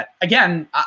again